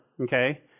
okay